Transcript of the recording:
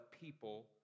people